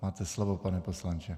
Máte slovo, pane poslanče.